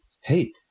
hey